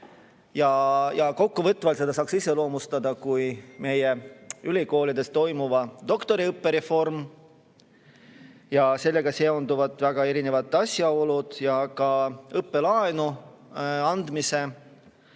Kokkuvõtvalt seda saaks iseloomustada kui meie ülikoolides toimuvat doktoriõppereformi ja sellega seonduvaid väga erinevaid asjaolusid ning ka õppelaenu andmise